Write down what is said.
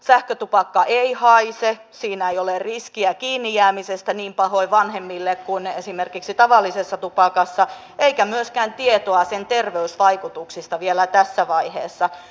sähkötupakka ei haise siinä ei ole riskiä kiinnijäämisestä vanhemmille niin pahoin kuin esimerkiksi tavallisessa tupakassa eikä ole myöskään tietoa sen terveysvaikutuksista vielä tässä vaiheessa